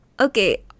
Okay